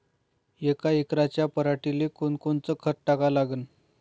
यका एकराच्या पराटीले कोनकोनचं खत टाका लागन?